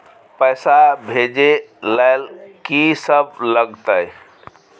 पैसा भेजै ल की सब लगतै?